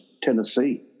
Tennessee